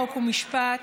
חוק ומשפט,